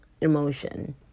emotion